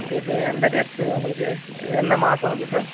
okay sir எந்த date sir உங்களுக்கு என்ன மாசம் அது சார்